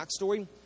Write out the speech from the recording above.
backstory